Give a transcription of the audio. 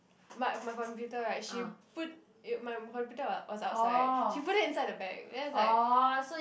my my computer right she put i~ my computer wa~ was outside she put it inside the bag then it's like